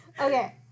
Okay